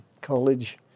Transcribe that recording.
college